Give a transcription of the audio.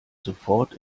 sofort